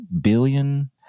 billion